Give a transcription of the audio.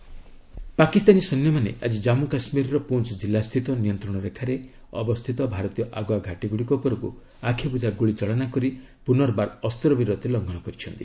ceasefire violation Pakistani ସୈନ୍ୟମାନେ ଆଜି ଜାମ୍ମୁ କାଶ୍ମୀରର ପୁଞ୍ ଜିଲ୍ଲାସ୍ଥିତ ନିୟନ୍ତ୍ରଣରେଖାରେ ଅବସ୍ଥିତ ଭାରତୀୟ ଆଗୁଆ ଘାଟୀଗୁଡ଼ିକ ଉପରକୁ ଆଖିବୁଜା ଗୁଳିଚାଳନା କରି ପୁନର୍ବାର ଅସ୍ତ୍ରବିରତିର ଲଙ୍ଘନ କରିଛନ୍ତି